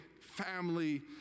family